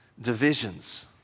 Divisions